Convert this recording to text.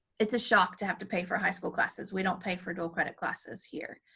it's a shock to have to pay for high school classes. we don't pay for dual credit classes here,